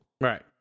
Right